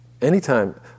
anytime